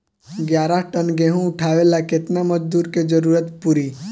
ग्यारह टन गेहूं उठावेला केतना मजदूर के जरुरत पूरी?